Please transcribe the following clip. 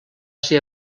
ser